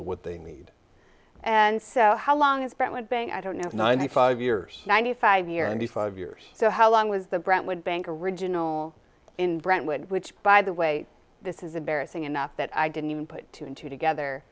to what they need and so how long it's been like bang i don't know ninety five years ninety five year and five years so how long was the brentwood bank original in brentwood which by the way this is embarrassing enough that i didn't even put two and two together